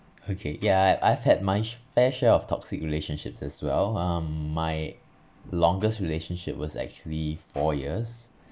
okay yeah I've had my s~ fair share of toxic relationships as well um my longest relationship was actually four years